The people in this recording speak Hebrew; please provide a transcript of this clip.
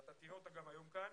ואתה תראה אותה גם היום כאן,